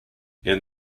and